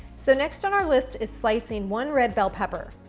so next on our list is slicing one red bell pepper.